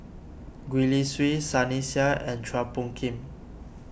Gwee Li Sui Sunny Sia and Chua Phung Kim